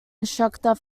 instructor